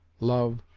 love,